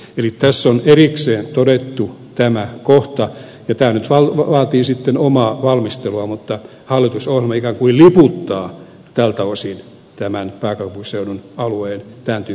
eli tässä on erikseen todettu tämä kohta ja tämä nyt vaatii sitten omaa valmistelua mutta hallitusohjelma ikään kuin liputtaa tältä osin pääkaupunkiseudun alueen tämän tyyppisen yhteistyön puolesta